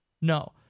No